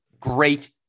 great